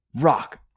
Rock